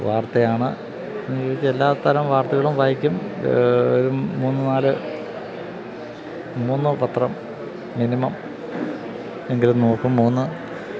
വാർത്തയാണ് എല്ലാത്തരം വാർത്തകളും വായിക്കും ഒരു മൂന്ന് നാല് മൂന്ന് പത്രം മിനിമം എങ്കിലും നോക്കും മൂന്ന്